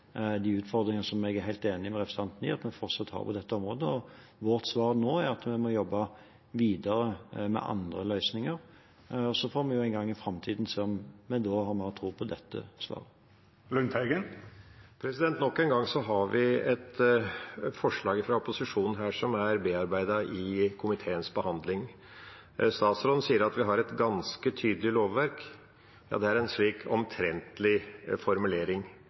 de utfordringene som jeg er helt enig med representanten Lundteigen i at vi fortsatt har på dette området? Vårt svar nå er at vi må jobbe videre med andre løsninger. Så får vi en gang i framtiden se om vi da har mer tro på dette svaret. Nok en gang har vi et forslag fra opposisjonen som er bearbeidet gjennom komiteens behandling. Statsråden sier at vi har et «ganske tydelig lovverk». Det er en omtrentlig formulering.